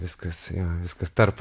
viskas jo viskas tarp